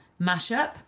mashup